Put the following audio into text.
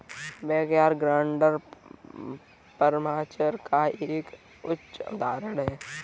backyard garden permaculture का एक अच्छा उदाहरण हैं